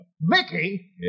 Mickey